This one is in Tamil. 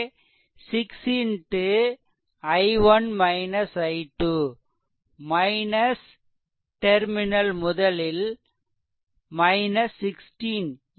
- டெர்மினல் முதலில் 16 0